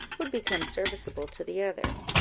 would become serviceable to the other.